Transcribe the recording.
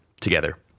together